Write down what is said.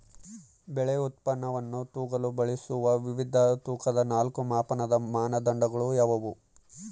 ಬೆಳೆ ಉತ್ಪನ್ನವನ್ನು ತೂಗಲು ಬಳಸುವ ವಿವಿಧ ತೂಕದ ನಾಲ್ಕು ಮಾಪನದ ಮಾನದಂಡಗಳು ಯಾವುವು?